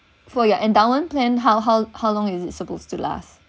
for your endowment plan how how how long is it supposed to last